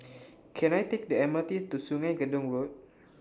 Can I Take The M R T to Sungei Gedong Road